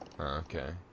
Okay